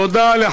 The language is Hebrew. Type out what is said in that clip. תודה, אדוני.